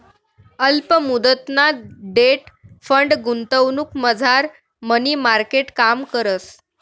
अल्प मुदतना debt fund गुंतवणुकमझार मनी मार्केट काम करस